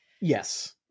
yes